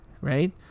Right